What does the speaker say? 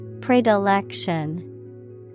Predilection